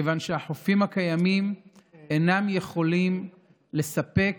כיוון שהחופים הקיימים אינם יכולים לספק